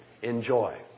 enjoy